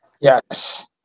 Yes